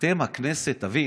הכנסת, תבין,